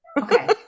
okay